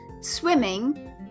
swimming